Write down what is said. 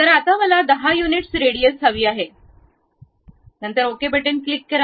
तर आता मला 10 युनिट्स रेडियस हवी आहे नंतर ओके बटन क्लिक करा